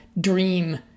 dream